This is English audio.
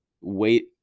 wait